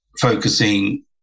focusing